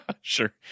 Sure